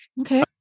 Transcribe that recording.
Okay